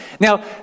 now